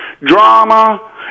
drama